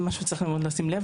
צריך לשים לב מאוד לכך.